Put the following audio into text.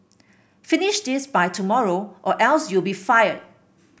finish this by tomorrow or else you'll be fired